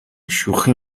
شوخی